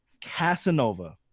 Casanova